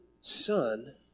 son